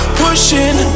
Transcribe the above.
pushing